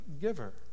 giver